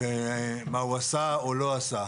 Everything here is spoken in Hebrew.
מה שהוא עשה או לא עשה.